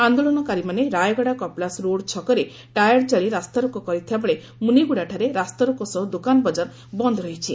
ଆନ୍ଦୋଳନକାରୀମାନେ ରାୟଗଡ଼ା କପିଳାସ ରୋଡ ଛକରେ ଟାୟାର ଜାଳି ରାସ୍ତାରୋକ କରିଥିବା ବେଳେ ମୁନିଗୁଡ଼ାଠାରେ ରାସ୍ତାରୋକ ସହ ଦୋକାନ ବଜାର ବନ୍ଦ ରହିଛି